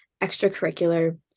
extracurricular